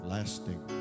Lasting